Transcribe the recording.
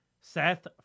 Seth